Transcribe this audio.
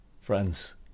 Friends